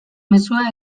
mezua